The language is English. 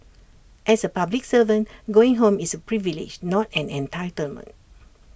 as A public servant going home is A privilege not an entitlement